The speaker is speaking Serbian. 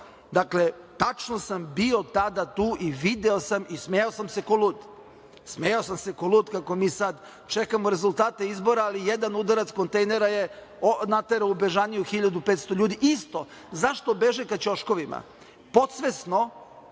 Dakle, tačno sam bio tada tu i video sam i smejao sam se ko lud, kako mi sada čekamo rezultate izbora, ali jedan udarac kontejnera je naterao u bežaniju 1.500 ljudi. Isto. Zašto beže ka ćoškovima? Podsvesno.